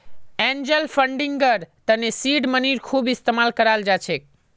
angel फंडिंगर तने seed मनीर खूब इस्तमाल कराल जा छेक